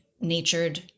natured